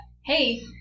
hey